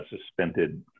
suspended